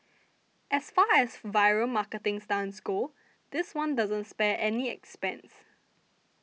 as far as viral marketing stunts go this one doesn't spare any expense